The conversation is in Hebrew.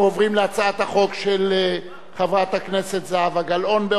אנחנו עוברים להצעת החוק של חברת הכנסת זהבה גלאון,